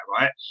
right